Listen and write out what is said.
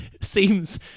seems